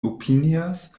opinias